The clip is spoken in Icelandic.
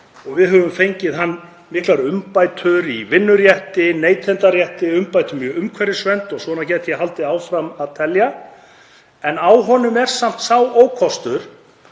Við höfum fengið í gegnum hann miklar umbætur í vinnurétti, neytendarétti, umbætur í umhverfisvernd og svona gæti ég haldið áfram að telja. En á honum er samt sá ókostur